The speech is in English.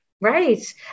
Right